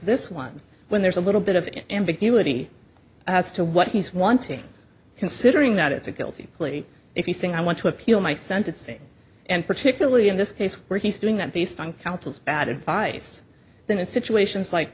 this one when there's a little bit of ambiguity as to what he's wanting considering that it's a guilty plea if you think i want to appeal my sentencing and particularly in this case where he's doing that based on counsel's bad advice then in situations like